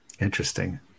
Interesting